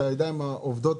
את הידיים העובדות.